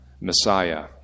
Messiah